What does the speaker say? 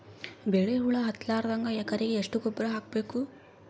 ಬಿಳಿ ಹುಳ ಹತ್ತಲಾರದಂಗ ಎಕರೆಗೆ ಎಷ್ಟು ಗೊಬ್ಬರ ಹಾಕ್ ಬೇಕು?